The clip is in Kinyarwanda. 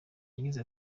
yagize